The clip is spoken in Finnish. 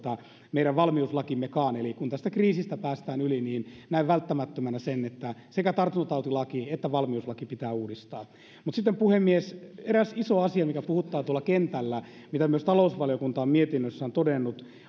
meidän valmiuslakimmekaan eli kun tästä kriisistä päästään yli niin näen välttämättömänä sen että sekä tartuntatautilaki että valmiuslaki pitää uudistaa mutta sitten puhemies eräs iso asia mikä puhuttaa kentällä ja minkä myös talousvaliokunta on mietinnössään todennut